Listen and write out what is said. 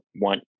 want